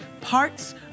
Parts